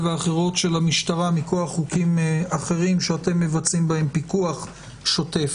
ואחרות של המשטרה מכוח חוקים אחרים שאתם מבצעים בהם פיקוח שוטף.